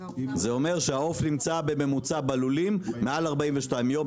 זה אומר שהעוף נמצא בממוצע בלולים מעל 42 ימים,